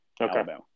Okay